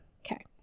Okay